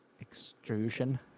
Extrusion